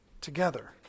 together